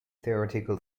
theoretical